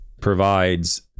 provides